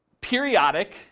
periodic